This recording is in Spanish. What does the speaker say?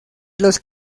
los